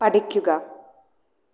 പഠിക്കുക